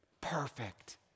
Perfect